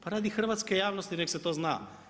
Pa radi hrvatske javnosti, nek se to zna.